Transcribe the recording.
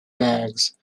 bags